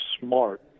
smart